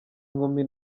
nkumi